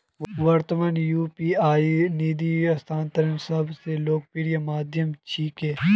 वर्त्तमानत यू.पी.आई निधि स्थानांतनेर सब स लोकप्रिय माध्यम छिके